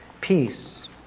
peace